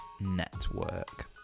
network